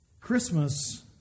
Christmas